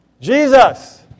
Jesus